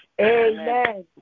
Amen